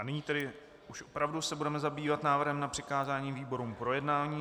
A nyní se tedy už opravdu budeme zabývat návrhem na přikázání výborům k projednání.